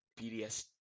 BDS